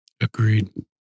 Agreed